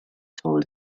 told